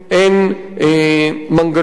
אין מנגנון כזה?